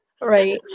Right